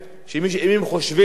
גם דגן וגם דיסקין,